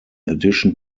addition